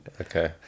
Okay